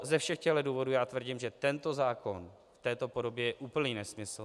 Ze všech těchto důvodů já tvrdím, že tento zákon v této podobě je úplný nesmysl.